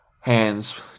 hands